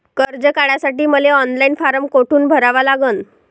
कर्ज काढासाठी मले ऑनलाईन फारम कोठून भरावा लागन?